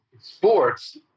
sports